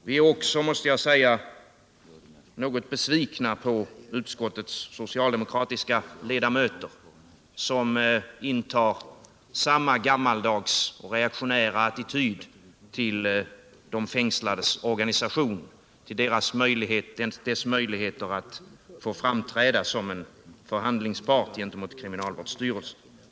Vi är också något besvikna på utskottets socialdemokratiska ledamöter, som intar en gammaldags reaktionär attityd till de fängslades organisation och till dess möjlighet att få framträda som en förhandlingspart gentemot kriminalvårdsstyrelsen.